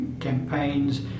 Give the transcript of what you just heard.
campaigns